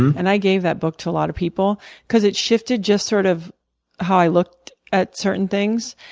and i gave that book to a lot of people because it shifted just sort of how i looked at certain things.